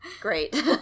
Great